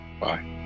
Bye